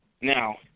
Now